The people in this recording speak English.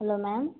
hello ma'am